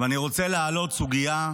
ואני רוצה להעלות סוגיה,